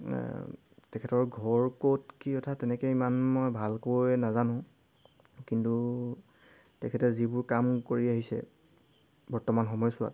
তেখেতৰ ঘৰ ক'ত কি কথা তেনেকে ইমান মই ভালকৈ নাজানো কিন্তু তেখেতে যিবোৰ কাম কৰি আহিছে বৰ্তমান সময়ছোৱাত